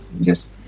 Yes